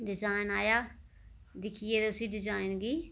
design आया दिक्खे ते उस डिजाइन गी